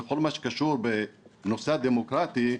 ובכל מה שקשור בנושא הדמוקרטי,